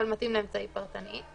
אבל מתאים לאמצעי פרטני.